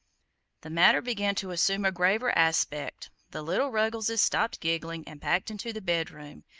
the matter began to assume a graver aspect the little ruggleses stopped giggling and backed into the bed-room,